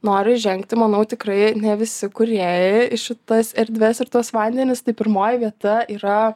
nori žengti manau tikrai ne visi kūrėjai į šitas erdves ir tuos vandenis tai pirmoji vieta yra